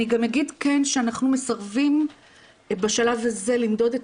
אני גם אגיד כן שאנחנו מסרבים בשלב הזה למדוד את